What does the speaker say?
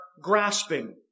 grasping